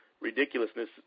ridiculousness